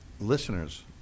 listeners